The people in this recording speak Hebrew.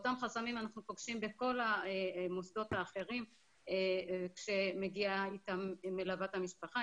אותם חסמים אנחנו פוגשים בכל המוסדות האחרים כשמגיעה איתם מלוות המשפחה,